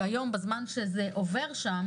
כי בזמן שזה עובר שם